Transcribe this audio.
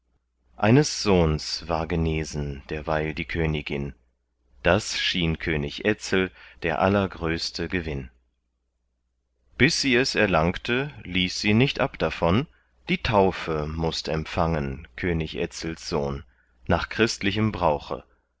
eines sohns war genesen derweil die königin das schien könig etzel der allergrößte gewinn bis sie es erlangte ließ sie nicht ab davon die taufe mußt empfangen könig etzels sohn nach christlichem brauche